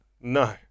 no